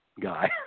guy